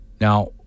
now